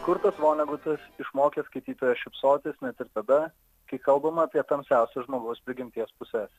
kurtas vonegutas išmokė skaitytoją šypsotis net ir tada kai kalbama apie tamsiausias žmogaus prigimties puses